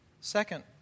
Second